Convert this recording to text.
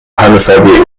homophobia